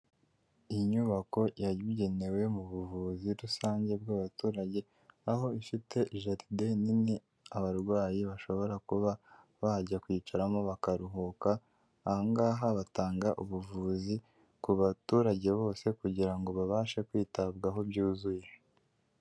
Iyi nyubako yayigenewe mu buvuzi rusange bw'abaturage, aho ifite jaride nini abarwayi bashobora kuba bajya kwicaramo bakaruhuka aha ngaha batanga ubuvuzi ku baturage bose kugirango babashe kwitabwaho byuzuye.